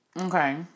Okay